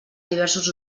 diversos